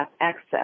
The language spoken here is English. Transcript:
access